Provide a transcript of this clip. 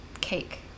cake